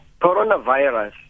Coronavirus